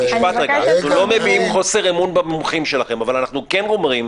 אנחנו לא מביעים חוסר אמון במומחים שלכם אבל אנחנו כן אומרים,